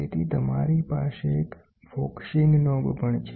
તેથીતમારી પાસે એક focusing knob પણ છે